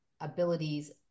abilities